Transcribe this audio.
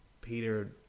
Peter